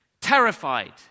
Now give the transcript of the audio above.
Terrified